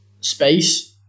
space